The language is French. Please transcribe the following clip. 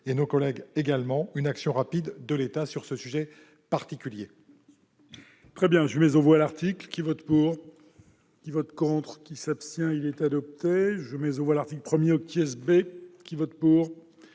avec nos collègues, une action rapide de l'État sur ce sujet particulier.